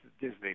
Disney+